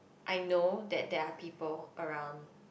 I know that there are people around